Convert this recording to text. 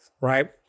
right